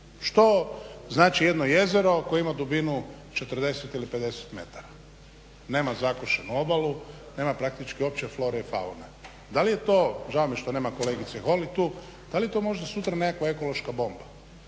Što znači jedno jezero koje ima dubinu 40 ili 50 metara? Nema zakošenu obalu, nema praktički uopće flore i faune. Da li je to, žao mi je što nema kolegice Holy tu, da li je to možda sutra nekakva ekološka bomba?